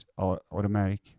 Automatic